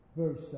verse